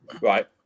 right